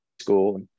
school